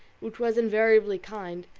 which was invariably kind.